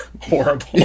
horrible